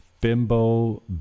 Bimbo